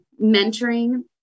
mentoring